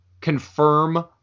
confirm